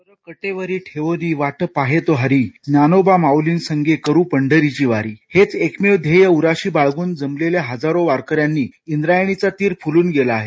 कर कटेवर ठेवुनी वाट पाहे तो हरी ज्ञानोबा माऊलीसंगे करू पंढरीची वारी हेच एकमेव ध्येय उराशी बाळगून जमलेल्या हजारो वारकऱ्यांनी इंद्रायणीचा तीर फुलून गेला आहे